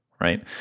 right